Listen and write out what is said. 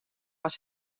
was